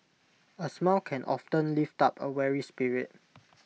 A smile can often lift up A weary spirit